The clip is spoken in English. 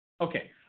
okay